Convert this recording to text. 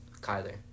Kyler